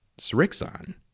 Srixon